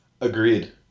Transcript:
Agreed